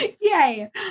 Yay